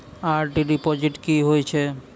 RD deposit की होय छै?